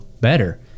better